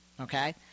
Okay